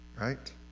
right